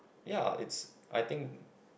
ya it's I think